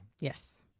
Yes